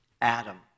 Adam